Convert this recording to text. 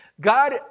God